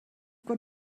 got